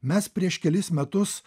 mes prieš kelis metus